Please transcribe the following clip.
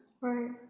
Right